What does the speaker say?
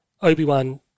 Obi-Wan